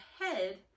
head